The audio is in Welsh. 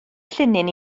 llinyn